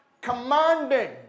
commanded